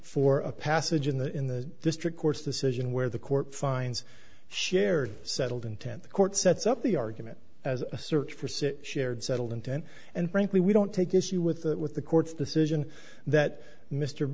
for a passage in the in the district court's decision where the court finds shared settled intent the court sets up the argument as a search for said shared settled intent and frankly we don't take issue with that with the court's decision that mr